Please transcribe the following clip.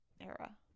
era